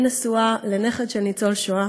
אני נשואה לנכד של ניצול השואה.